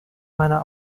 meiner